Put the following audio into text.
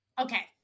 Okay